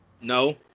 No